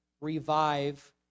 revive